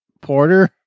porter